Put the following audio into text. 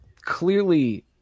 clearly